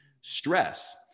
stress